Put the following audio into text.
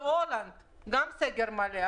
בהולנד גם סגר מלא,